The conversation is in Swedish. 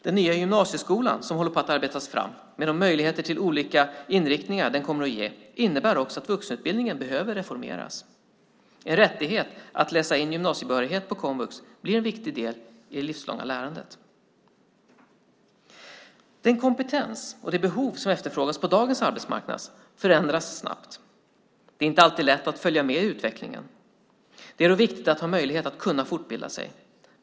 Den nya gymnasieskola som håller på att arbetas fram med de möjligheter till olika inriktningar som den kommer att ge innebär också att vuxenutbildningen behöver reformeras. En rättighet att läsa in gymnasiebehörighet på komvux blir en viktig del i det livslånga lärandet. Den kompetens och det behov som efterfrågas på dagens arbetsmarknad förändras snabbt. Det är inte alltid lätt att följa med i utvecklingen. Det är då viktigt att ha möjlighet att fortbilda sig.